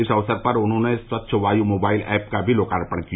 इस अवसर पर उन्होंने स्वच्छ वायू मोबाइल एप का भी लोकार्पण किया